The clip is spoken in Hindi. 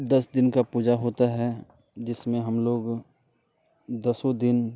दस दिन का पूजा होता है जिसमें हम लोग दसो दिन